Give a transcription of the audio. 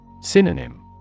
Synonym